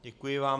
Děkuji vám.